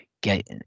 get